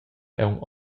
aunc